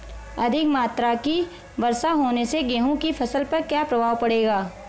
अधिक मात्रा की वर्षा होने से गेहूँ की फसल पर क्या प्रभाव पड़ेगा?